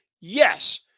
yes